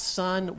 son